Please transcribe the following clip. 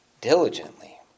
diligently